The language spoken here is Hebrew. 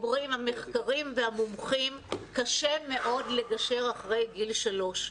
אומרים המחקרים והמומחים קשה מאוד לגשר אחרי גיל שלוש.